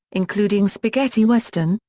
including spaghetti western,